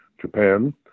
Japan